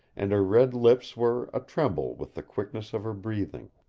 and her red lips were a-tremble with the quickness of her breathing.